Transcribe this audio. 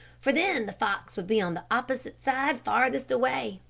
for then the fox would be on the opposite side farthest away.